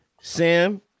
Sam